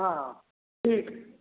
हँ ठीक